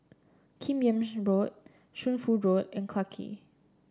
Kim Yam Road Shunfu Road and Clarke Quay